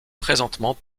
présentement